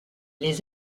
les